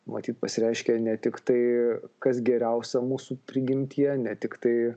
matyt pasireiškė ne tik tai kas geriausia mūsų prigimtyje ne tiktai